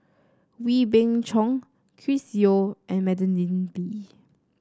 Wee Beng Chong Chris Yeo and Madeleine Lee